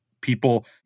people